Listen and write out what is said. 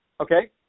Okay